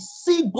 see